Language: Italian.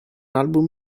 album